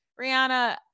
rihanna